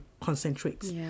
concentrates